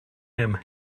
him